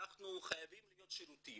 אנחנו חייבים להיות שירותיים,